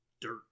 dirt